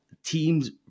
teams